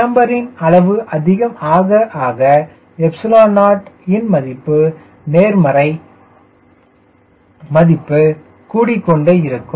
கேம்பரின் அளவு அதிகம் ஆக ஆக 0 வின் நேர்மறை மதிப்பு கூடிக்கொண்டே இருக்கும்